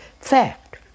fact